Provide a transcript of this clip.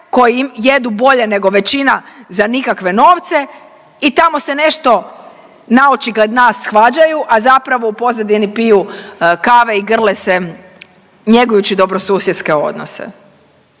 koji jedu bolje nego većina za nikakve novce i tamo se nešto naočigled nas svađaju, a zapravo u pozadini piju kave i grle se njegujući dobrosusjedske odnose?